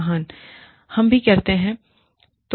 महान हम भी करते हैं उन्होंने कहा